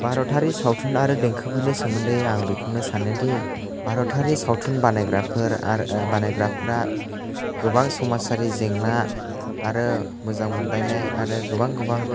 भारतारि सावथुन आरो देंखोफोरनि सोमोन्दै आं बेखौनो सानोदि भारतारि सावथुन बानायग्राफोर आ बानायग्राफोरा गोबां समाजारि जेंना आरो मोजां मोनलायनाय आरो गोबां गोबां